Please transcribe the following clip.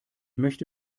möchte